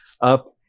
up